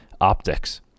optics